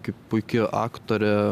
kaip puiki aktorė